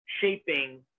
shaping